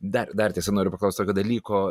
dar dar tiesa noriu paklausti tokio dalyko